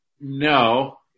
No